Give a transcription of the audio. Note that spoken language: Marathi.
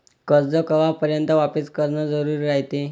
कर्ज कवापर्यंत वापिस करन जरुरी रायते?